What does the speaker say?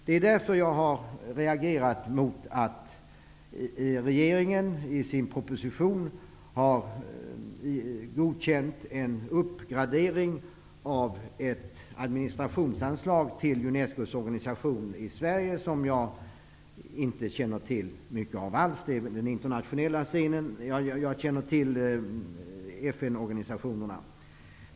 Det är därför jag har reagerat mot att regeringen i sin proposition har godkänt en uppgradering av ett administrationsanslag till Unescos organisation i Sverige, som jag inte känner till så mycket av, även om jag känner till FN-organisationerna.